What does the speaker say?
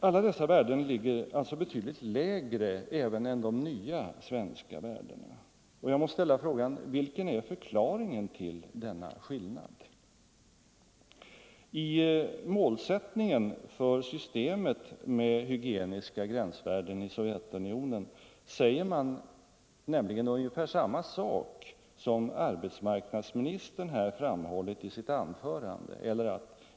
Alla dessa värden ligger betydligt lägre än de nya svenska värdena, och jag måste därför ställa frågan: Vilken är förklaringen till denna skillnad? I målsättningen för det sovjetiska systemet med hygieniska gränsvärden säger man nämligen ungefär samma sak som arbetsmarknadsministern här framhållit i sitt anförande.